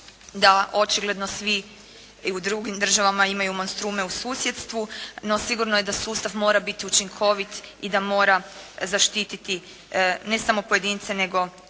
da očigledno svi i u drugim državama imaju monstrume u susjedstvu, no sigurno je da sustav mora biti učinkovit i da mora zaštititi ne samo pojedince nego cijelu